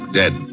dead